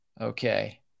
okay